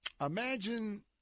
Imagine